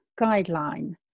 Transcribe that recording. guideline